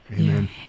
Amen